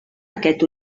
aquest